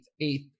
eighth